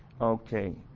Okay